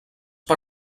per